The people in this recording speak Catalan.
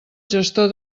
gestor